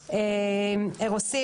"אירוסול",